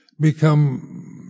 become